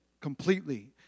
completely